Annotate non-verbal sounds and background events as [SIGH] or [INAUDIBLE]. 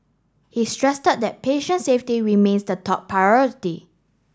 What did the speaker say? he stress [UNINTELLIGIBLE] that patient safety remains the top priority